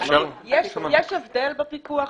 יש הבדל בפיקוח?